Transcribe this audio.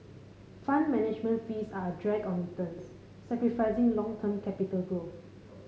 Fund Management fees are a drag on returns sacrificing long term capital growth